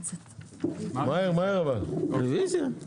הצבעה ההסתייגויות נדחו לא עבר רוויזיה.